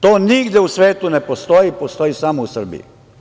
To nigde u svetu ne postoji, postoji samo u Srbiji.